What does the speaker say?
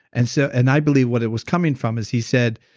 and so and i believe what it was coming from is he said.